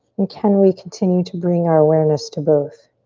and can we continue to bring our awareness to both.